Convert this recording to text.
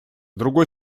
другой